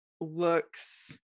looks